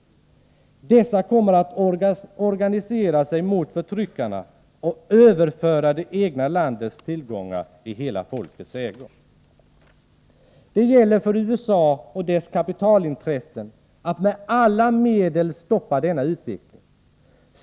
Dessa kommer att organisera sig mot förtryckarna och överföra det egna landets tillgångar i hela folkets ägo. Det gäller för USA och dess kapitalintressen att med alla medel stoppa denna utveckling.